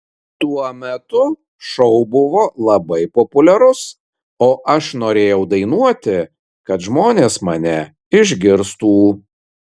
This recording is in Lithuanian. tuo metu šou buvo labai populiarus o aš norėjau dainuoti kad žmonės mane išgirstų